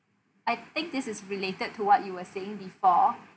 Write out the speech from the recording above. I think this is related to what you were saying before